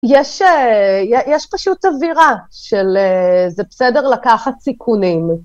יש פשוט אווירה של זה בסדר לקחת סיכונים.